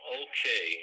okay